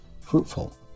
fruitful